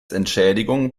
entschädigung